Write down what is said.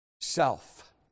self